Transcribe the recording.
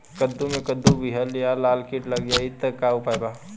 कद्दू मे कद्दू विहल या लाल कीट लग जाइ त का उपाय बा?